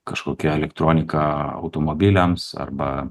kažkokia elektronika automobiliams arba